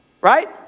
Right